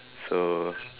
so